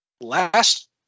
last